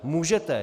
Můžete!